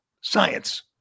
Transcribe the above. science